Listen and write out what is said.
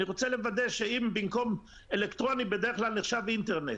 אני רוצה לוודא שאם במקום אלקטרוני בדרך כלל נחשב אינטרנט,